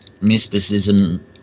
mysticism